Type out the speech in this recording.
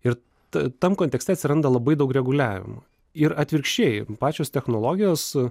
ir ta tam kontekste atsiranda labai daug reguliavimų ir atvirkščiai pačios technologijos